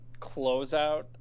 closeout